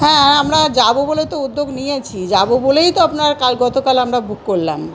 হ্যাঁ আমরা যাবো বলে তো উদ্যোগ নিয়েছি যাবো বলেই তো আপনার কাল গতকাল আমরা বুক করলাম